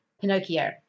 Pinocchio